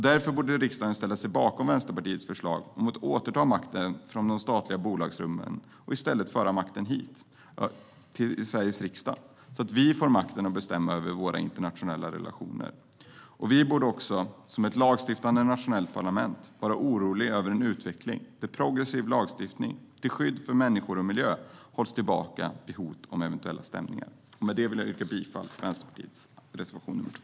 Därför borde riksdagen ställa sig bakom Vänsterpartiets förslag om att återta makten från de statliga bolagsrummen och i stället föra makten hit till Sveriges riksdag, så att vi får makten att bestämma över våra internationella relationer. Vi borde också som ett lagstiftande nationellt parlament vara oroliga över en utveckling där progressiv lagstiftning till skydd för människor och miljö hålls tillbaka genom hot om eventuella stämningar. Med det vill jag yrka bifall till Vänsterpartiets reservation 2.